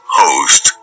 host